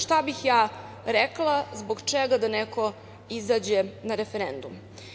Šta bih ja rekla, zbog čega da neko izađe na referendum?